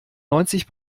neunzig